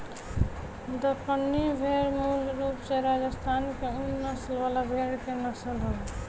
दक्कनी भेड़ मूल रूप से राजस्थान के ऊनी नस्ल वाला भेड़ के नस्ल हवे